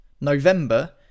November